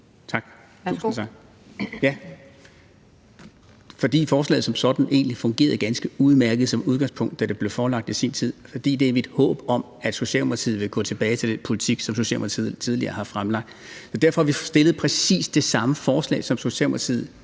Okay. Det er, fordi forslaget som udgangspunkt egentlig fungerede ganske udmærket, da det blev forelagt i sin tid. For det er mit håb, at Socialdemokratiet vil gå tilbage til den politik, som Socialdemokratiet tidligere har fremlagt. Det er derfor, vi fremsatte præcis det samme forslag, som Socialdemokratiet,